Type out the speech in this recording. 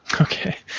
okay